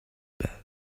bed